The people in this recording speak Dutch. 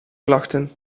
klachten